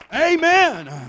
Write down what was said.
Amen